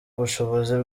ubushobozi